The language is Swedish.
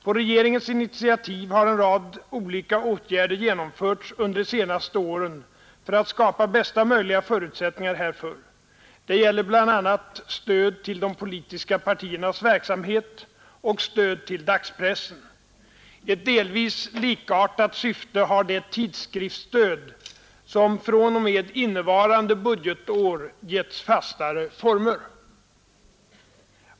På regeringens initiativ har en rad olika åtgärder genomförts under de senaste åren för att skapa bästa möjliga förutsättningar härför. Det gäller bl.a. stöd till de politiska partiernas verksamhet och stöd till dagspressen. Ett delvis likartat syfte har det tidskriftsstöd som fr.o.m. innevarande budgetår getts fastare former.